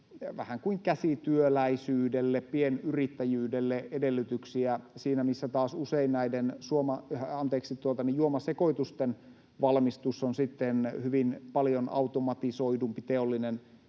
vähän kuin käsityöläisyydelle, pienyrittäjyydelle edellytyksiä siinä, missä taas usein näiden juomasekoitusten valmistus on sitten hyvin paljon automatisoidumpi teollinen